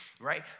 Right